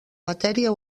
matèria